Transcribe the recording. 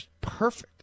perfect